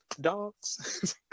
dogs